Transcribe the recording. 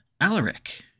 Alaric